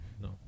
No